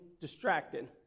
distracted